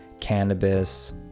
cannabis